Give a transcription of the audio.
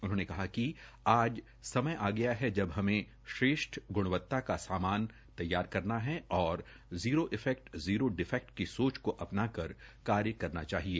उन्होने कहा कि आज समय आ गया है और जब हमें श्रेष्ठ गुणवत्ता का सामान तैयार करना है जीरो ईीफैक्ट जीरो डीफेक्ट की सोच को अ ना कर कार्य करना चाहिए